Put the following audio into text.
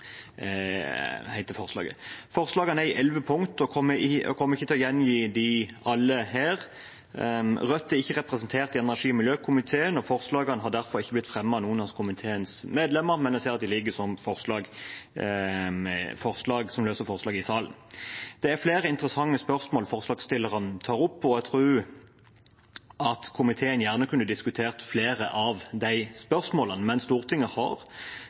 heter forslaget. Forslagene er i elleve punkter, og jeg kommer ikke til å gjengi alle her. Rødt er ikke representert i energi- og miljøkomiteen, og forslagene har derfor ikke blitt fremmet av noen av komiteens medlemmer, men jeg ser de ligger som forslag i salen. Forslagsstilleren tar opp flere interessante spørsmål, og jeg tror komiteen gjerne kunne diskutert flere av dem. Men Stortinget har